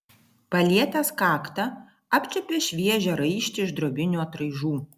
palietęs kaktą apčiuopė šviežią raištį iš drobinių atraižų